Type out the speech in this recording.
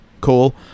cool